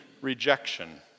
rejection